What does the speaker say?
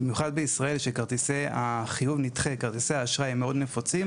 במיוחד בישראל שבה כרטיסי החיוב נדחה (כרטיסי האשראי) הם מאוד נפוצים.